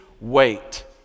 wait